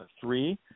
three